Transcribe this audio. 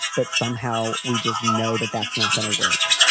but somehow we just know that that's not going to work.